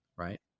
Right